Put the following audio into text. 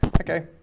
Okay